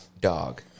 Dog